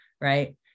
right